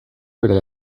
bere